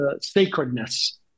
sacredness